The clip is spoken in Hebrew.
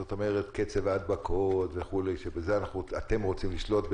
זאת אומרת קצב ההדבקות וכו' שבזה אתם רוצים לשלוט.